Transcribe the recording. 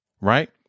right